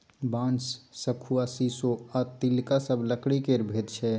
बांस, शखुआ, शीशो आ तिलका सब लकड़ी केर भेद छै